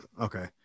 okay